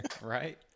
Right